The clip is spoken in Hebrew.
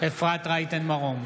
אפרת רייטן מרום,